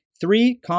Three